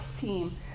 team